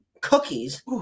cookies